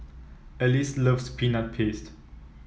Alice loves Peanut Paste